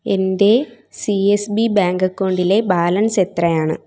എൻ്റെ C S B bank അക്കൗണ്ടിലെ balance എത്രയാണ്